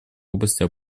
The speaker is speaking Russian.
области